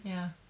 ya